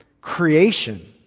creation